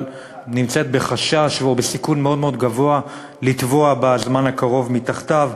אבל נמצאת בחשש או בסיכון מאוד גבוה לטבוע בזמן הקרוב מתחתיו,